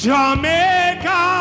Jamaica